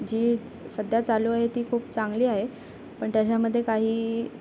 जी सध्या चालू आहे ती खूप चांगली आहे पण त्याच्यामध्ये काही